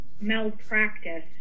malpractice